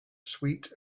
sweet